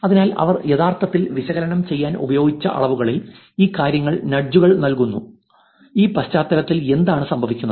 അതിനാൽ അവർ യഥാർത്ഥത്തിൽ വിശകലനം ചെയ്യാൻ ഉപയോഗിച്ച അളവുകളിൽ ഈ കാര്യങ്ങളുടെ നഡ്ജുകൾ നൽകുന്ന ഈ പശ്ചാത്തലത്തിൽ എന്താണ് സംഭവിക്കുന്നത്